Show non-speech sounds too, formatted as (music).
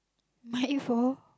mic for (laughs)